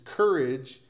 courage